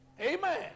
Amen